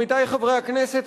עמיתי חברי הכנסת,